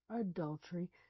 adultery